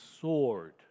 sword